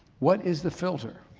what is the filter,